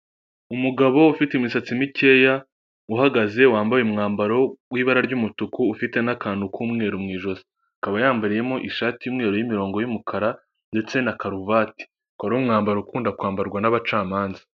Umugabo ufite imisatsi mikeya uhagaze wambaye umwambaro w'ibara ry'umutuku ufite n'akantu k'umweru mu ijosi, akaba yambariyemo ishati y'umweru y'imirongo y'umukara ndetse na karuvati, akaba ari umwambaro ukunda kwambarwa n'abacamanza.